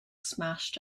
smashed